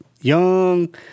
Young